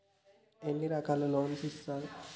ఎన్ని రకాల లోన్స్ ఇస్తరు?